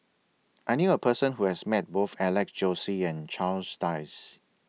I knew A Person Who has Met Both Alex Josey and Charles Dyce